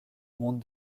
monde